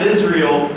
Israel